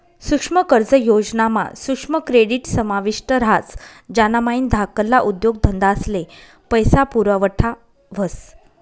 सुक्ष्म कर्ज योजना मा सुक्ष्म क्रेडीट समाविष्ट ह्रास ज्यानामाईन धाकल्ला उद्योगधंदास्ले पैसा पुरवठा व्हस